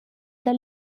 dal